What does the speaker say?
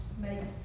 makes